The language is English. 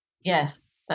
Yes